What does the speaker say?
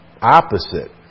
opposite